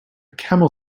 camel